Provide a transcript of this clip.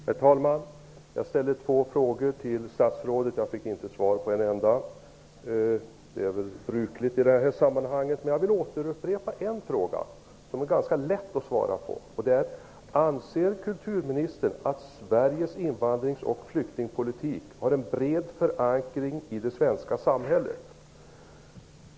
Herr talman! Jag ställde två frågor till statsrådet, men jag fick inte svar på en enda. Det är väl brukligt i dessa sammanhang. Men jag vill återupprepa en fråga som är ganska lätt att besvara: Anser kulturministern att Sveriges invandrar och flyktingpolitik har en bred förankring i det svenska samhället?